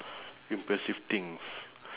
impressive things